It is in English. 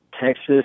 texas